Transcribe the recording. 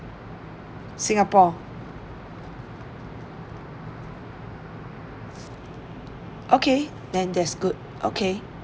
singapore okay then that's good okay